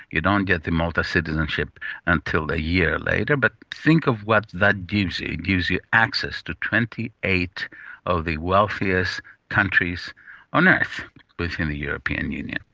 you don't get the malta citizenship until a year later, but think of what that gives, it gives you access to twenty eight of the wealthiest countries on earth within the european union.